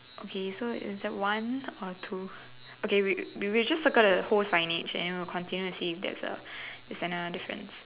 okay so is that one or two okay we we will just circle the whole signage and we will continue to see if there's a if there's another difference